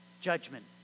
Judgment